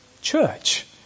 church